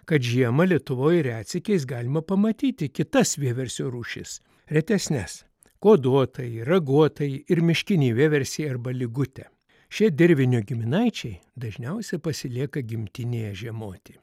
kad žiemą lietuvoj retsykiais galima pamatyti kitas vieversio rūšis retesnes kuoduotąjį raguotąjį ir miškinį vieversį arba lygutę šie dirvinio giminaičiai dažniausiai pasilieka gimtinėje žiemoti